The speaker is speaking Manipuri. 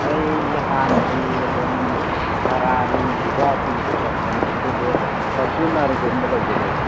ꯑꯩꯁꯦ ꯍꯥꯟꯅꯗꯤ ꯑꯗꯨꯝ ꯐꯔꯥꯔꯤ ꯕꯨꯒꯥꯇꯤꯗ ꯆꯠꯄꯅꯦ ꯑꯗꯨꯗꯣ ꯐꯣꯔꯆꯨꯅꯔꯒꯨꯝꯕ ꯂꯩꯒꯗ꯭ꯔꯣ